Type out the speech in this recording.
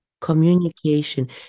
Communication